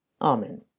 Amen